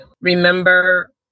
remember